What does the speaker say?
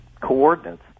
coordinates